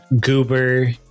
Goober